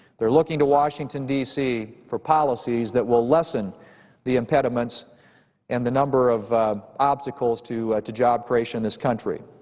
they're looking to washington, d c. for policies that will lessen the impediments and the number of obstacles to to job creation in this country.